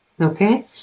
Okay